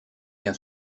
bien